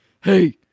Hey